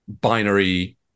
binary